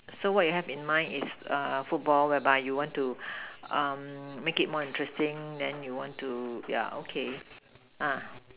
so what you have in mind is err football whereby you want to um make it more interesting then you want to ya okay ah